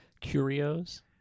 Curios